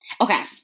Okay